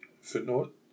Footnote